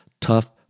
Tough